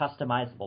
customizable